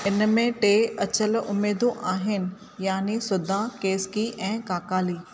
इन में टे अचल उमेदूं आहिनि यानी सुधा कैसिकी ऐं काकाली